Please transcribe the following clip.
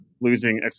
losing